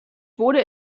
wurde